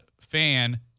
fan